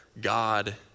God